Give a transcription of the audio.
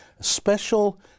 special